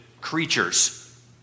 creatures